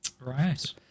Right